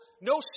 no